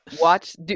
Watch